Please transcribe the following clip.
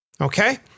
Okay